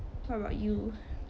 what about you